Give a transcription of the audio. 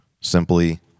simply